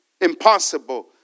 impossible